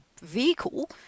vehicle